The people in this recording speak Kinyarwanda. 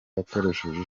akoresheje